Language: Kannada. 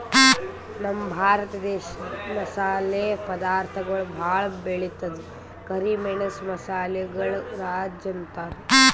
ನಮ್ ಭರತ ದೇಶ್ ಮಸಾಲೆ ಪದಾರ್ಥಗೊಳ್ ಭಾಳ್ ಬೆಳಿತದ್ ಕರಿ ಮೆಣಸ್ ಮಸಾಲೆಗಳ್ ರಾಜ ಅಂತಾರ್